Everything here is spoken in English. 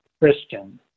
christian